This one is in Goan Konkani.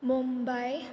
मुंबय